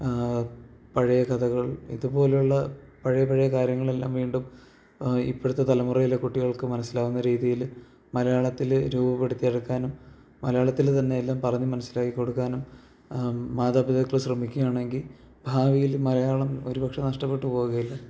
പഴയ കഥകൾ ഇതുപോലുള്ള പഴയ പഴയ കാര്യങ്ങളെല്ലാം വീണ്ടും ഇപ്പഴത്തെ തലമുറയിലെ കുട്ടികൾക്ക് മനസിലാവുന്ന രീതിയില് മലയാളത്തില് രൂപപ്പെടുത്തിയെടുക്കാനും മലയാളത്തില് തന്നെ എല്ലാം പറഞ്ഞു മനസിലാക്കി കൊടുക്കാനും മാതാപിതാക്കള് ശ്രമിക്കുവാണെങ്കിൽ ഭാവിയിൽ മലയാളം ഒരുപക്ഷെ നഷ്ടപ്പെട്ടുപോവുകയില്ല